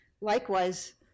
likewise